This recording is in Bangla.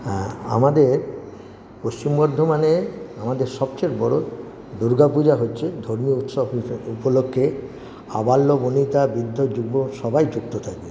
আমাদের পশ্চিম বর্ধমানে আমাদের সবচেয়ে বড় দুর্গাপূজা হচ্ছে ধর্মীয় উৎসব উপলক্ষে আবাল্য বণিতা বৃদ্ধ যুব সবাই যুক্ত থাকে